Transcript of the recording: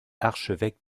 archevêque